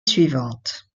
suivante